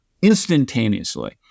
instantaneously